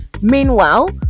meanwhile